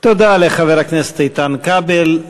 תודה לחבר הכנסת איתן כבל.